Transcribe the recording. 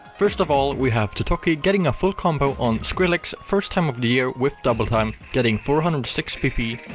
first of all, we have totoki getting a full combo on skrillex, first time of the year with double time, getting four hundred and six pp.